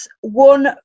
one